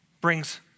brings